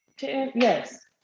yes